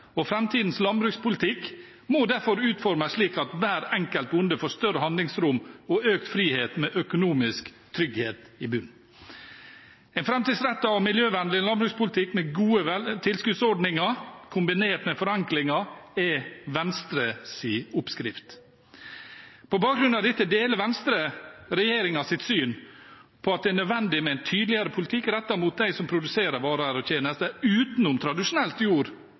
og framtidens landbrukspolitikk må derfor utformes slik at hver enkelt bonde får større handlingsrom og økt frihet med økonomisk trygghet i bunnen. En framtidsrettet og miljøvennlig landbrukspolitikk med gode tilskuddsordninger kombinert med forenklinger er Venstres oppskrift. På bakgrunn av dette deler Venstre regjeringens syn på at det er nødvendig med en tydeligere politikk rettet mot dem som produserer varer og tjenester, utenom tradisjonelt jord-